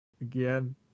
again